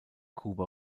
kuba